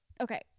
okay